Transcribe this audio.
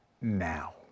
now